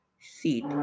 seat